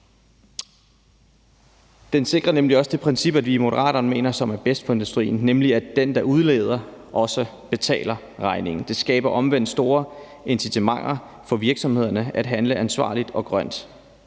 De sikrer nemlig også det princip, som vi i Moderaterne mener er bedst for industrien, nemlig at den, der udleder, også betaler regningen. Det skaber omvendt store incitamenter for virksomhederne til at handle ansvarligt og grønt.